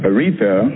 Aretha